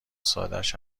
سادش